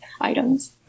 items